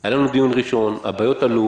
היה דיון ראשון, הבעיות עלו